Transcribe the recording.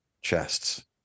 chests